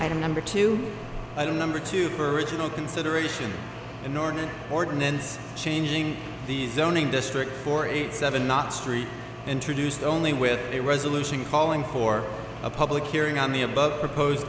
don't number two i don't number two for original consideration inordinate ordinance changing the zoning district four eight seven knots three introduced only with a resolution calling for a public hearing on the above proposed